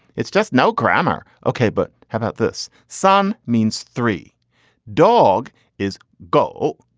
it's just no grammar. ok, but how about this? son means three dog is go.